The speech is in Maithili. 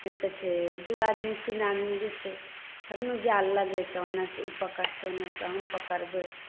होइत तऽ छै दू आदमी तीन आदमी जेतै तब ने जाल लगेतै ओन्नसँ ओ पकड़तै ओन्नसँ हम पकड़बै